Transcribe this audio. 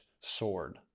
sword